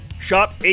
Shop